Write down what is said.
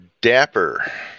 Dapper